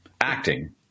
acting